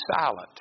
silent